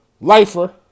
Lifer